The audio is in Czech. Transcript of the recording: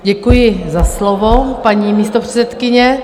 Děkuji za slovo, paní místopředsedkyně.